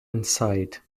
inside